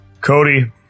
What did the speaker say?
Cody